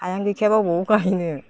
हायानो गैखायाबा बबाव गायनो